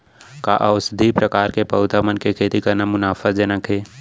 का औषधीय प्रकार के पौधा मन के खेती करना मुनाफाजनक हे?